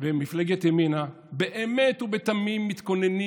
ושמפלגת ימינה באמת ובתמים מתכוננים